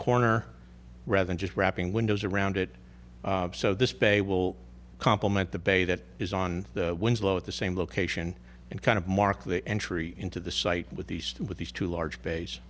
corner rather than just wrapping windows around it so this bay will complement the bay that is on the winslow at the same location and kind of mark the entry into the site with these two with these two large base